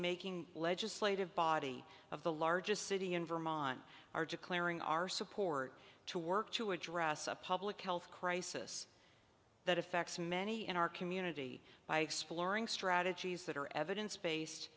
policymaking legislative body of the largest city in vermont are declaring our support to work to address a public health crisis that affects many in our community by exploring strategies that are evidence